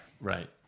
Right